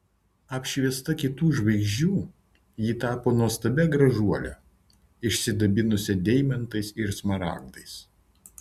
apšviesta kitų žvaigždžių ji tapo nuostabia gražuole išsidabinusia deimantais ir smaragdais